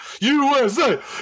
USA